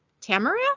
tamara